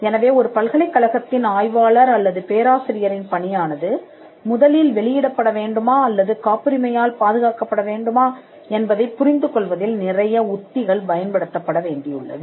எனவே ஒரு பல்கலைக்கழகத்தின் ஆய்வாளர் அல்லது பேராசிரியரின் பணியானது முதலில் வெளியிடப்பட வேண்டுமா அல்லது காப்புரிமையால் பாதுகாக்கப்பட வேண்டுமா என்பதைப் புரிந்து கொள்வதில் நிறைய உத்திகள் பயன்படுத்தப்பட வேண்டியுள்ளது